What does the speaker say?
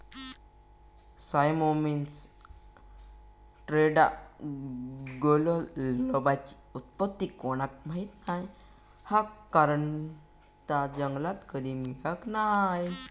Cyamopsis टेट्रागोनोलोबाची उत्पत्ती कोणाक माहीत नाय हा कारण ता जंगलात कधी मिळाक नाय